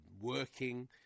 working